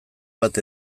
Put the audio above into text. bat